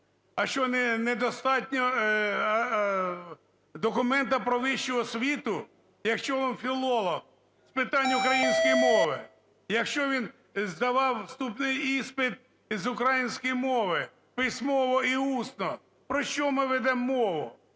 а що недостатньо документу про вищу освіту, якщо він філолог з питань української мови, якщо він здавав вступний іспит з української мови письмово і усно. Про що ми ведемо мову?